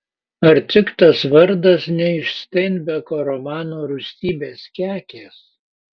ar tik tas vardas ne iš steinbeko romano rūstybės kekės